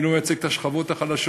אני לא מייצג את השכבות החלשות,